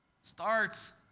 starts